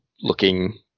looking